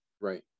Right